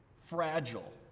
fragile